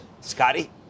Scotty